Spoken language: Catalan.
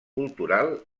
cultural